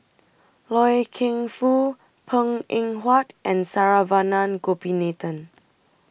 Loy Keng Foo Png Eng Huat and Saravanan Gopinathan